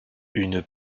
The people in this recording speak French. une